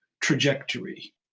trajectory